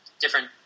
different